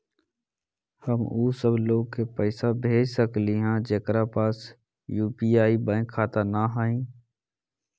हम उ सब लोग के पैसा भेज सकली ह जेकरा पास यू.पी.आई बैंक खाता न हई?